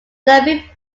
serving